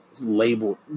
labeled